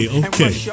okay